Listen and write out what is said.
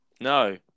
no